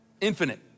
infinite